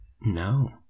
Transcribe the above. No